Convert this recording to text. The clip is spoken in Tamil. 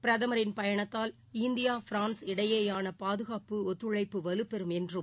பிரதமின் பயணத்தால் இந்தியா பிரான்ஸ் இடையேயானபாதுகாப்பு ஒத்துழைப்பு வலுப்பெறும் என்றும்